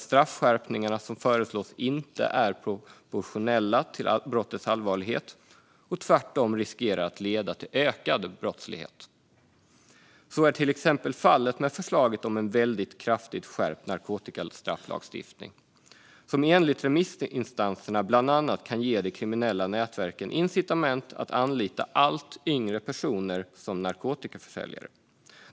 Straffskärpningarna som föreslås är inte proportionella till brottets allvarlighet, och de riskerar tvärtom att leda till ökad brottslighet. Så är till exempel fallet med förslaget om en kraftigt skärpt narkotikastrafflagstiftning, som enligt remissinstanserna bland annat kan ge de kriminella nätverken incitament att anlita allt yngre personer som narkotikaförsäljare.